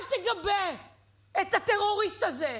אל תגבה את הטרוריסט הזה.